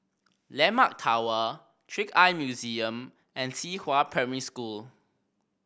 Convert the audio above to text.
Landmark Tower Trick Eye Museum and Qihua Primary School